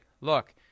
look